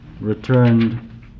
returned